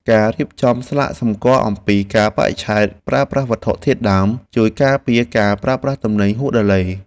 ការរៀបចំស្លាកសញ្ញាសម្គាល់អំពីកាលបរិច្ឆេទប្រើប្រាស់វត្ថុធាតុដើម ជួយការពារការប្រើប្រាស់ទំនិញហួសដឺឡេ។